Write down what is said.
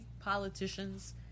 politicians